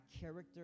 character